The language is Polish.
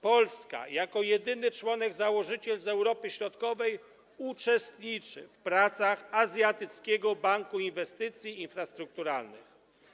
Polska jako jedyny członek założyciel z Europy Środkowej uczestniczy w pracach Azjatyckiego Banku Inwestycji Infrastrukturalnych.